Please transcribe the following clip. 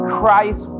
Christ